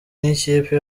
nk’ikipe